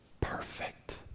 perfect